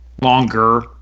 longer